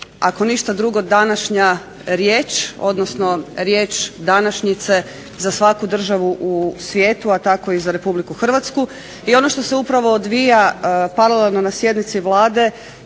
ako ništa drugo današnja riječ odnosno riječ današnjice za svaku državu u svijetu, a tako i za Republiku Hrvatsku i ono što se upravo odvija paralelno na sjednici Vlade